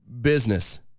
business